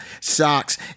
socks